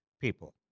people